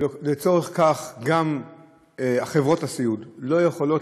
ולצורך זה גם חברות הסיעוד לא יכולות